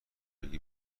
بگی